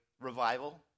revival